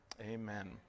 Amen